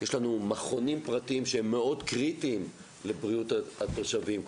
יש לנו מכונים פרטיים שהם מאוד קריטיים לבריאות התושבים,